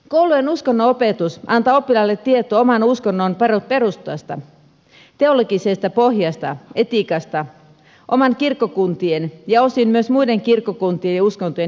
koulujen uskonnonopetus antaa oppilaille tietoa oman uskonnon perustasta teologisesta pohjasta etiikasta oman kirkkokunnan ja osin myös muiden kirkkokuntien ja uskontojen historiasta